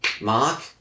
Mark